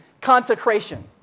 consecration